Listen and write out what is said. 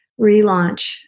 Relaunch